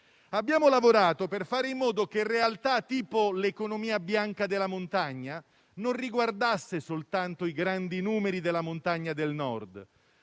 Abbiamo lavorato per fare in modo che realtà tipo l'economia bianca della montagna non riguardasse soltanto i grandi numeri della montagna del Nord,